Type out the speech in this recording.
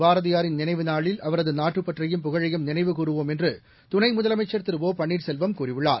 பாரதியாரின் நினைவு நாளில் அவரது நாட்டுப்பற்றையும் புகழையும் நினைவு கூறவோம் என்று துணை முதலமைச்சர் திரு ஒ பன்னீர்செல்வம் கூறியுள்ளார்